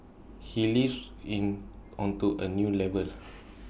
he lifts in onto A new level